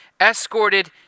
escorted